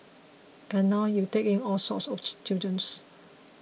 and now you take in all sorts of students